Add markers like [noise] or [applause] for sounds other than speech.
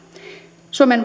suomen [unintelligible]